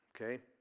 okay